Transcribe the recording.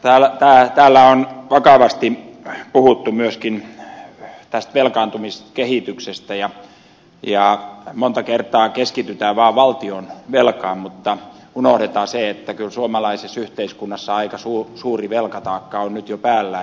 täällä on vakavasti puhuttu myöskin velkaantumiskehityksestä ja monta kertaa keskitytään vaan valtionvelkaan mutta unohdetaan se että kyllä suomalaisessa yhteiskunnassa aika suuri velkataakka on nyt jo päällä